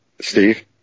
Steve